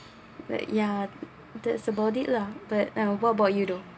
like ya that's about it lah but now what about you though